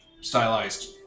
stylized